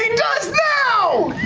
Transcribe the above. does now!